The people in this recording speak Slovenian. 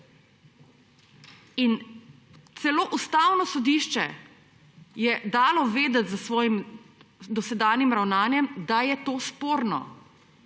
Celo Ustavno sodišče je dalo vedeti s svojim dosedanjim ravnanjem, da je to sporno.